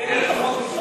איזה סעיף?